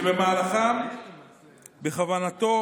שבמהלכם בכוונתו,